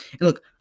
Look